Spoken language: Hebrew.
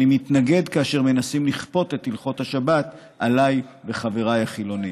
אני מתנגד כאשר מנסים לכפות את הלכות השבת עליי ועל חבריי החילונים.